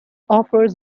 offers